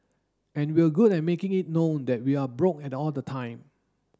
and we're good at making it known that we are broke at all the time